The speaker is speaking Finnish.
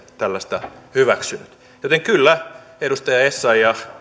tällaista hyväksynyt joten kyllä edustaja essayah